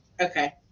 Okay